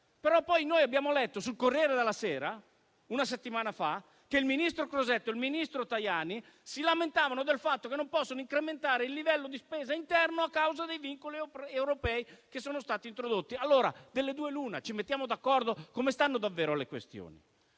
Però poi abbiamo letto sul «Corriere della sera», una settimana fa, che il ministro Crosetto e il ministro Tajani si lamentavano di non poter incrementare il livello di spesa interno a causa dei vincoli europei che sono stati introdotti. Allora, delle due l'una: ci mettiamo d'accordo? Come stanno davvero le questioni?